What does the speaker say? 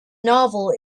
novel